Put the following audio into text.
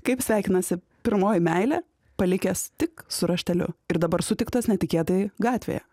kaip sveikinasi pirmoji meilė palikęs tik su rašteliu ir dabar sutiktas netikėtai gatvėje